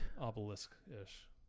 Obelisk-ish